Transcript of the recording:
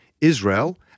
Israel